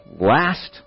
last